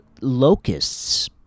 locusts